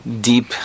deep